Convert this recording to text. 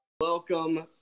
Welcome